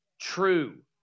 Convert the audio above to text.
true